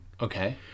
okay